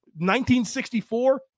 1964